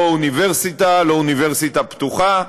לא אוניברסיטה, לא אוניברסיטה פתוחה,